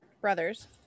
brothers